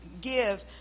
give